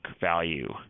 value